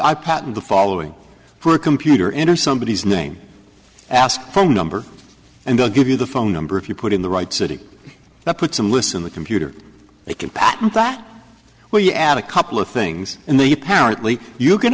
i patent the following for a computer in or somebody is name ask phone number and they'll give you the phone number if you put in the right city that put some listen the computer they can patent that when you add a couple of things and they apparently you can